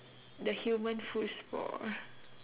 the human football